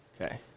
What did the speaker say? Okay